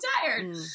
tired